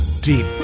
Deep